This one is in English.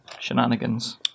shenanigans